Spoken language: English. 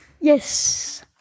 Yes